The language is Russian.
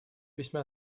весьма